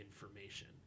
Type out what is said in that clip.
information